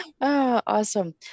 Awesome